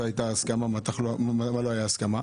הייתה הסכמה ועל מה לא הייתה הסכמה,